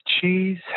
cheese